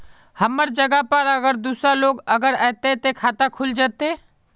हमर जगह पर अगर दूसरा लोग अगर ऐते ते खाता खुल जते?